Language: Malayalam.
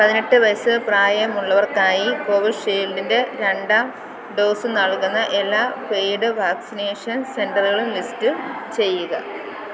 പതിനെട്ട് വയസ്സ് പ്രായമുള്ളവർക്കായി കോവിഷീൽഡിൻ്റെ രണ്ടാം ഡോസ് നൽകുന്ന എല്ലാ പെയ്ഡ് വാക്സിനേഷൻ സെൻറ്ററുകളും ലിസ്റ്റ് ചെയ്യുക